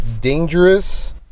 dangerous